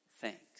thanks